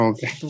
Okay